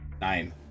nine